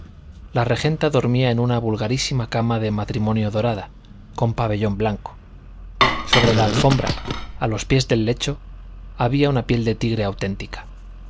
la regenta dormía en una vulgarísima cama de matrimonio dorada con pabellón blanco sobre la alfombra a los pies del lecho había una piel de tigre auténtica